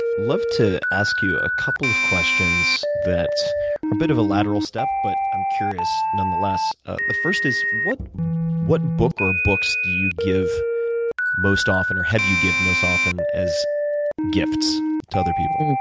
love to ask you a couple of questions that are a bit of a lateral step, but i'm curious nonetheless. ah the first is what what book or books do you give most often or have you given most often as gifts to other people?